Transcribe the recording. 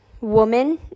woman